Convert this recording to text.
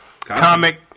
comic